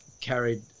carried